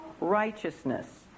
righteousness